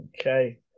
okay